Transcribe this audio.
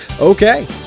Okay